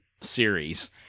series